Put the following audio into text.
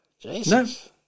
Jesus